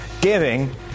giving